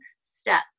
step